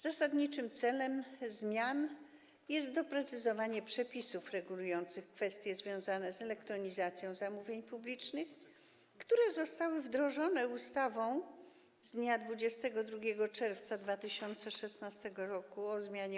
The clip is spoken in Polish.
Zasadniczym celem zmian jest doprecyzowanie przepisów regulujących kwestie związane z elektronizacją zamówień publicznych, które zostały wdrożone ustawą z dnia 22 czerwca 2016 r. o zmianie